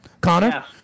Connor